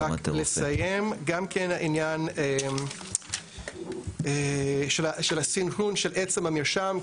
עניין של הסנכרון של עצם המרשם.